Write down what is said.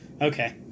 okay